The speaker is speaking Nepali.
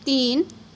तिन